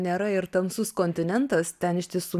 nėra ir tamsus kontinentas ten iš tiesų